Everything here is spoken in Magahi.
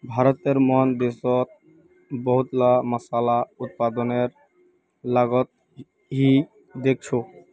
भारतेर मन देशोंत बहुतला मामला उत्पादनेर लागतक ही देखछो